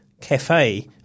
cafe